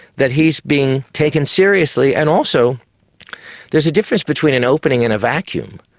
that he is being taken seriously. and also there's a difference between an opening and a vacuum.